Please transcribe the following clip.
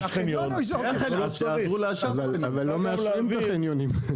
אבל לא מאשרים את החניונים.